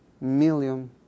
million